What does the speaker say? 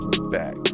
back